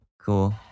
Cool